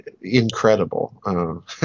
incredible